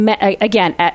again